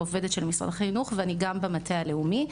עובדת של משרד החינוך ואני גם במטה הלאומי.